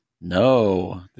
No